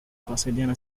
pasadena